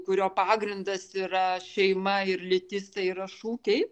kurio pagrindas yra šeima ir lytis tai yra šūkiai